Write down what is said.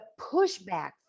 pushback